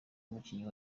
umukinnyi